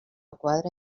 quadra